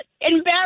embarrassed